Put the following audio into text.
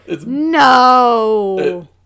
No